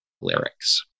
lyrics